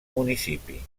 municipi